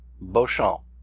Beauchamp